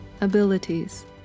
abilities